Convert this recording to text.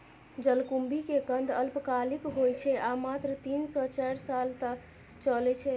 जलकुंभी के कंद अल्पकालिक होइ छै आ मात्र तीन सं चारि साल चलै छै